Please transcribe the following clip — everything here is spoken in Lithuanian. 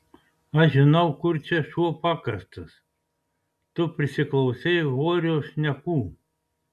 aš žinau kur čia šuo pakastas tu prisiklausei horio šnekų